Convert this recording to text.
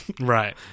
right